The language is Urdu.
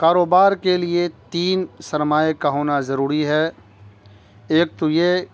کاروبار کے لیے تین سرمائے کا ہونا ضروری ہے ایک تو یہ